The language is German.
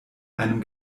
einem